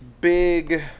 big